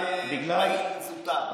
זוטר.